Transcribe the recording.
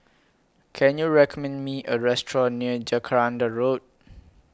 Can YOU recommend Me A Restaurant near Jacaranda Road